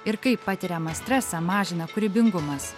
ir kaip patiriamą stresą mažina kūrybingumas